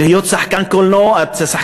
להיות שחקן תיאטרון.